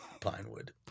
Pinewood